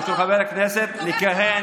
לשלול את זכותו של אדם או חבר כנסת לכהן